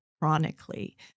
chronically